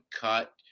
cut